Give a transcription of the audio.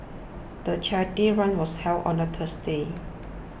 the charity run was held on a Tuesday